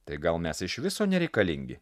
tai gal mes iš viso nereikalingi